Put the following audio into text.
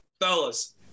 fellas